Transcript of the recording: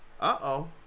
Uh-oh